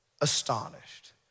astonished